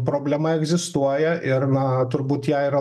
problema egzistuoja ir na turbūt ją yra